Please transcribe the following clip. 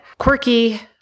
Quirky